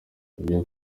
ibyo